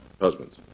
husbands